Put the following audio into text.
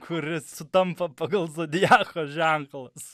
kuris sutampa pagal zodiako ženklus